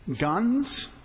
guns